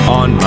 on